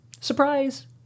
Surprise